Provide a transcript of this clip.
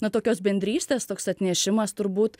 na tokios bendrystės toks atnešimas turbūt